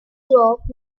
drop